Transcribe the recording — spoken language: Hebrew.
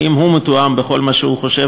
אם הוא מתואם בכל מה שהוא חושב,